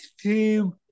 team